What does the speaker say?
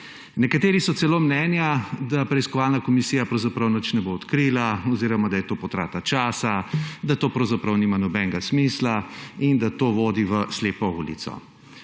Nekateri so celo mnenja, da preiskovalna komisija pravzaprav nič ne bo odkrila oziroma da je to potrata časa, da to pravzaprav nima nobenega smisla in da to vodi v slepo ulico.